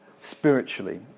spiritually